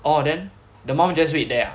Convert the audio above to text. orh then the mum just wait there ah